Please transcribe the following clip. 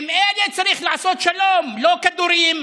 עם אלה צריך לעשות שלום, לא כדורים.